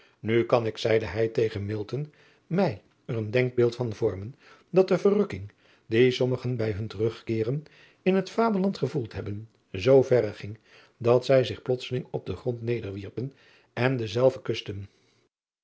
u kan ik zeide hij tegen mij er een denkbeeld van vormen dat de verrukking die sommigen bij hun terugkeeren in het vaderland gevoeld hebben zoo verre ging dat zij zich plotseling op den grond nederwierpen en denzelven kusten